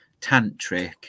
tantric